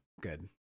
Good